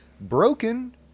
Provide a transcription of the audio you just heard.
broken